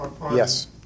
Yes